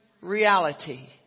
reality